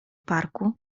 parku